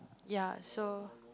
ya so